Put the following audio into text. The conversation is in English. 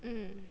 mm